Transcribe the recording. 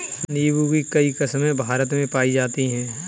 नीम्बू की कई किस्मे भारत में पाई जाती है